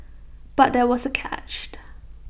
but there was A catch